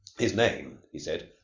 his name, he said,